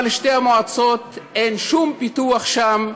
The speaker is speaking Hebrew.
אבל שתי המועצות, אין שום פיתוח שם,